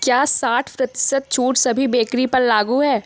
क्या साठ प्रतिशत छूट सभी बेकरी पर लागू है